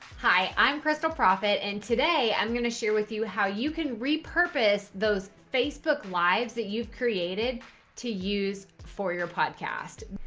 hi, i'm krystal proffitt. and today i'm gonna share with you how you can repurpose those facebook lives that you've created to use for your podcast.